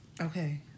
Okay